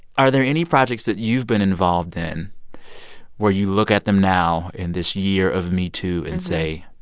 are there any projects that you've been involved in where you look at them now, in this year of metoo, and say,